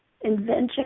invention